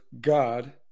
God